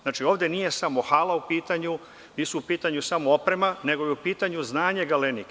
Znači, ovde nije samo hala u pitanju, nisu u pitanju samo oprema, nego je u pitanju znanje „Galenike“